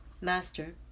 Master